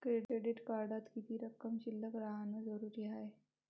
Credit कार्डात किती रक्कम शिल्लक राहानं जरुरी हाय?